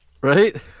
Right